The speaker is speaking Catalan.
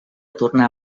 tornar